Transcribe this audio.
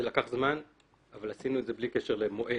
זה לקח זמן אבל עשינו זאת בלי קשר למועד.